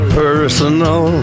personal